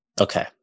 Okay